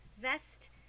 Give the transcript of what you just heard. vest